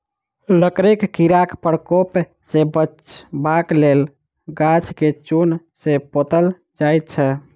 लकड़ीक कीड़ाक प्रकोप सॅ बचबाक लेल गाछ के चून सॅ पोतल जाइत छै